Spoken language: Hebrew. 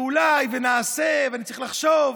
אולי, ונעשה, ואני צריך לחשוב.